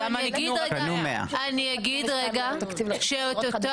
אני אגיד רגע שאת אותו